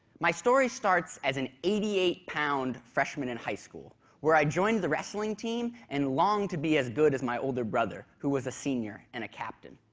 my story starts as an eighty eight pound freshman in high school where i joined the wrestling team and longed to be as good as my older brother who was a senior and a captain.